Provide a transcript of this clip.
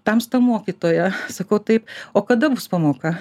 tamsta mokytoja sakau taip o kada bus pamoka